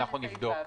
נבדוק